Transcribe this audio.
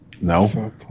No